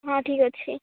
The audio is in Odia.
ହଁ ଠିକ୍ ଅଛି